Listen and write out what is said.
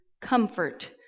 comfort